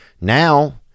Now